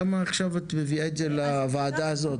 למה את מביאה את זה לוועדה הזאת?